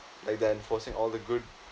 like they're enforcing all the good